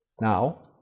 Now